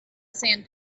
sand